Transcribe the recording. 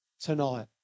tonight